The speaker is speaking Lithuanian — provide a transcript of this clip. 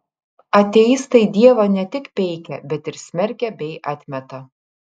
ateistai dievą ne tik peikia bet ir smerkia bei atmeta